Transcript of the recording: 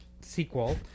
sequel